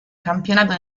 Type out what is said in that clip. campionato